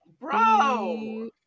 bro